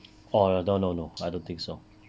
orh no no no I don't think so